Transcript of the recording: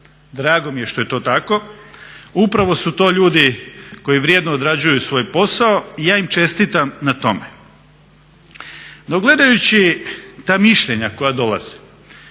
Drago mi je što je to tako. Upravo su to ljudi koji vrijedno odrađuju svoj posao i ja im čestitam na tome. No, gledajući ta mišljenja koja dolaze